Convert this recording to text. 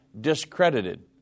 discredited